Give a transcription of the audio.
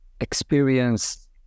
experience